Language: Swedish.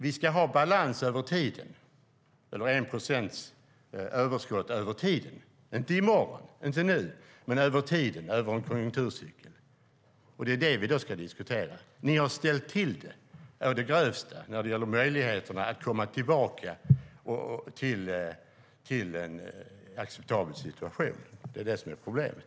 Vi ska ha balans eller en procents överskott över tid - inte i morgon, inte nu men över en konjunkturcykel - och det är det vi ska diskutera. Ni har ställt till det å det grövsta när det gäller möjligheterna att komma tillbaka till en acceptabel situation. Det är det som är problemet.